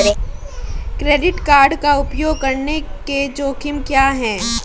Credit card का उपयोग करने के जोखिम क्या हैं?